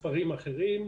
כל מסמך העלה מספרים אחרים,